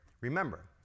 Remember